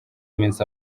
iminsi